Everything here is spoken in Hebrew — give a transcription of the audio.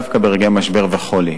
דווקא ברגעי משבר וחולי.